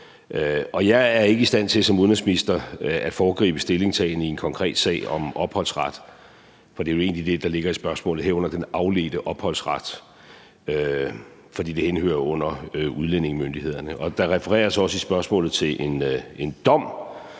Jeg er ikke i stand til som udenrigsminister at foregribe stillingtagen i en konkret sag om opholdsret, for det er jo egentlig det, der ligger i spørgsmålet, herunder den afledte opholdsret, for det henhører under udlændingemyndighederne. Der refereres også i spørgsmålet til en dom,